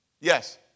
Yes